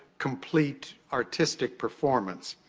complete, artistic performance.